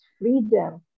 freedom